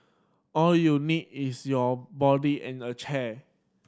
all you need is your body and a chair